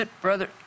brother